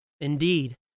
Indeed